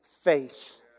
faith